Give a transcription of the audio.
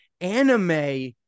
anime